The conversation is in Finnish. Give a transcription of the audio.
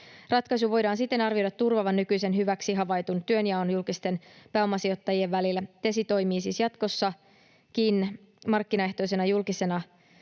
Ratkaisun voidaan siten arvioida turvaavan nykyisen hyväksi havaitun työnjaon julkisten pääomasijoittajien välillä. Tesi toimii siis jatkossakin markkinaehtoisena julkisena